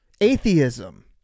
atheism